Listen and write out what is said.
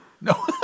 No